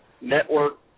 network